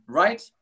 right